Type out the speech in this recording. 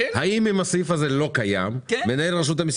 האם אם הסעיף הזה לא קיים מנהל רשות המסים